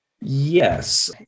Yes